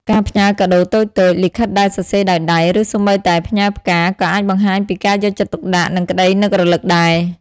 សកម្មភាពទាំងនេះជួយបង្កើតបទពិសោធន៍ថ្មីៗរួមគ្នា និងរក្សាអារម្មណ៍ថាយើងនៅតែជាផ្នែកមួយនៃជីវិតរបស់គ្នាទៅវិញទៅមក។